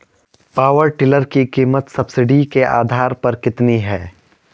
Power tiller की कीमत subsidy के आधार पर कितनी है?